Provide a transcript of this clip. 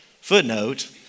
Footnote